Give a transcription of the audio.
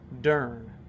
Dern